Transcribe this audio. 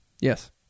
Yes